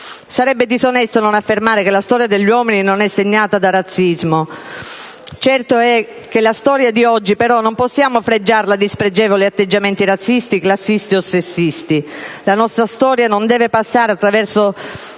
Sarebbe disonesto non affermare che la storia degli uomini non è segnata da razzismo. Certo è che la storia di oggi però non possiamo fregiarla di spregevoli atteggiamenti razzisti, classisti o sessisti. La nostra storia non deve passare attraverso